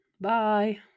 Bye